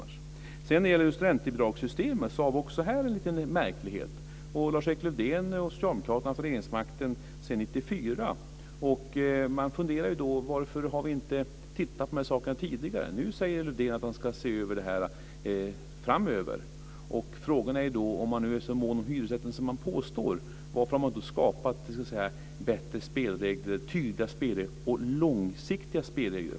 När det gäller räntebidragssystemet finns det också en liten märklighet. Lars-Erik Lövdén och Socialdemokraterna har ju haft regeringsmakten sedan år 1994. Därför kan man undra varför det här inte studerats tidigare. Nu säger Lars-Erik Lövdén att han framöver ska se över detta. Men frågan är varför man inte, om man är så mån om hyresrätten som påstås, har skapat bättre spelregler - tydliga spelregler och långsiktiga spelregler.